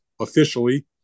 officially